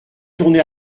tournez